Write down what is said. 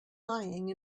lying